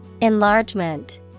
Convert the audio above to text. Enlargement